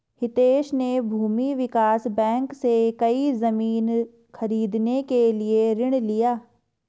हितेश ने भूमि विकास बैंक से, नई जमीन खरीदने के लिए ऋण लिया